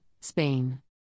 Spain